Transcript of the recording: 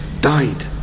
died